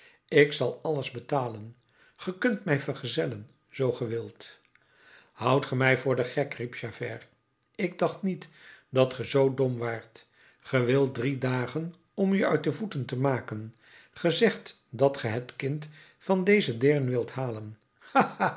ik zal alles betalen ge kunt mij vergezellen zoo gij wilt houdt ge mij voor den gek riep javert ik dacht niet dat ge zoo dom waart ge wilt drie dagen om u uit de voeten te maken ge zegt dat ge het kind van deze deern wilt halen